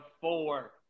four